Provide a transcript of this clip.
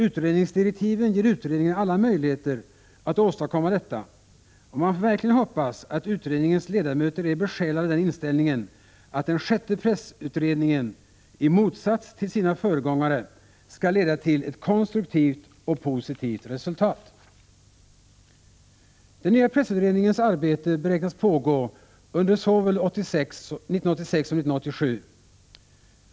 Utredningsdirektiven ger utredningen alla möjligheter att åstadkomma detta, och man får verkligen hoppas att utredningens ledamöter är besjälade av den inställningen att den sjätte pressutredningen — i motsats till sina föregångare — skall leda till ett konstruktivt och positivt resultat. Den nya pressutredningens arbete beräknas pågå under såväl 1986 som 1987.